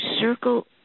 circle